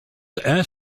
and